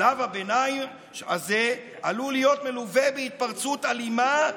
שלב הביניים הזה עלול להיות מלווה בהתפרצות אלימה,